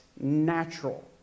natural